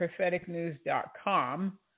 propheticnews.com